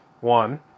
one